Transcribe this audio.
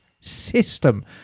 system